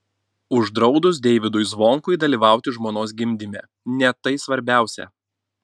uždraudus deivydui zvonkui dalyvauti žmonos gimdyme ne tai svarbiausia